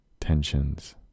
tensions